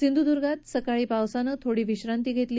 सिंधुद्र्गातही सकाळी पावसानं थोडी विश्रांती घेतली